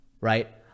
right